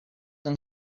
than